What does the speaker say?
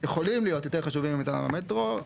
יכולים להיות יותר חשובים ממיזם המטרו.